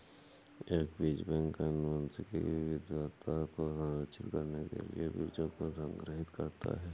एक बीज बैंक आनुवंशिक विविधता को संरक्षित करने के लिए बीजों को संग्रहीत करता है